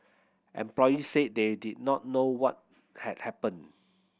employees said they did not know what had happened